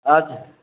अच्छा